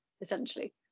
essentially